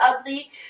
ugly